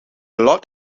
lot